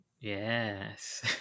Yes